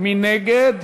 מי נגד?